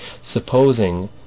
supposing